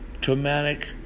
traumatic